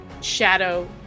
shadow